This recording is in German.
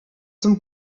zum